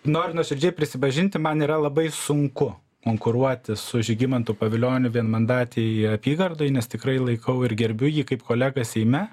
noriu nuoširdžiai prisipažinti man yra labai sunku konkuruoti su žygimantu pavilioniu vienmandatėj apygardoj nes tikrai laikau ir gerbiu jį kaip kolegą seime